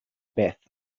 beth